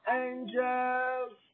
angels